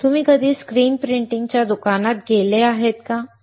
तुम्ही कधी स्क्रीन प्रिंटिंगच्या दुकानात गेला आहात का